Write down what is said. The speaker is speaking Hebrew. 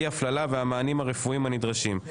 אי הפללה והמענים הרפואיים הנדרשים.